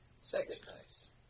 Six